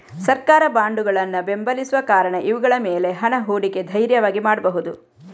ಸರ್ಕಾರ ಬಾಂಡುಗಳನ್ನ ಬೆಂಬಲಿಸುವ ಕಾರಣ ಇವುಗಳ ಮೇಲೆ ಹಣ ಹೂಡಿಕೆ ಧೈರ್ಯವಾಗಿ ಮಾಡ್ಬಹುದು